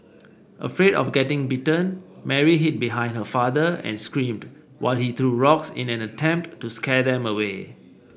afraid of getting bitten Mary hid behind her father and screamed while he threw rocks in an attempt to scare them away